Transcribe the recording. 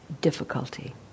difficulty